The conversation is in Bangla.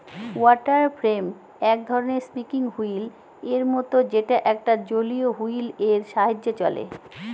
ওয়াটার ফ্রেম এক ধরনের স্পিনিং হুইল এর মত যেটা একটা জলীয় হুইল এর সাহায্যে চলে